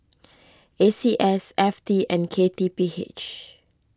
A C S F T and K T P H